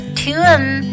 tune